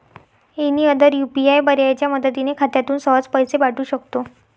any other UPI पर्यायाच्या मदतीने खात्यातून सहज पैसे पाठवू शकतो